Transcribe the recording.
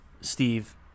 Steve